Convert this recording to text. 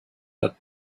have